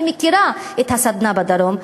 אני מכירה את הסדנה בדרום,